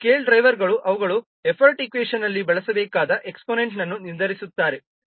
scale ಡ್ರೈವರ್ಗಳು ಅವುಗಳು effort ಈಕ್ವೇಷನ್ನಲ್ಲಿ ಬಳಸಬೇಕಾದ ಎಕ್ಸ್ಪೋನೆಂಟ್ನನ್ನು ನಿರ್ಧರಿಸುತ್ತಾರೆ